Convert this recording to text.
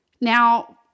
Now